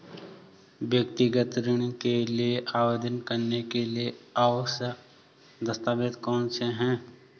व्यक्तिगत ऋण के लिए आवेदन करने के लिए आवश्यक दस्तावेज़ कौनसे हैं?